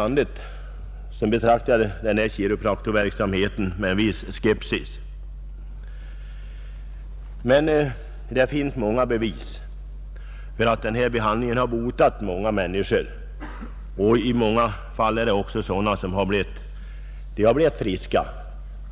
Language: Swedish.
Många betraktar väl chiropraktorverksamheten med en viss skepsis, men det finns också många bevis på att behandling av chiropraktor har botat sjuka människor. Patienterna har ofta blivit friska; i